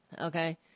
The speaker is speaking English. okay